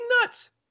nuts